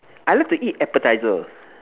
I like to eat appetizer